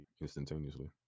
instantaneously